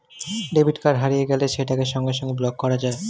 debit card হারিয়ে গেলে সেটাকে সঙ্গে সঙ্গে ব্লক করা যায়